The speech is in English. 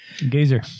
Gazer